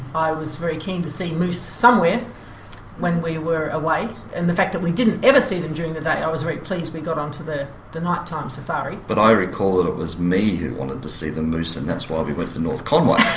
i was very keen to see moose somewhere when we were away and the fact that we didn't ever see them during the day i was very pleased that we got onto the the night time safari. but i recall that it was me who wanted to see the moose and that's why we went to north conway.